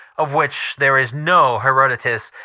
of which there is no herodotus,